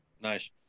Nice